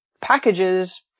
packages